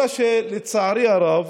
אלא שלצערי הרב,